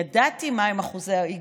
ידעתי מהם אחוזי האי-גיוס.